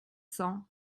cent